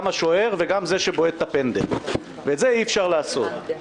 השוער וגם זה שבועט את הפנדל ואת זה אי אפשר לעשות.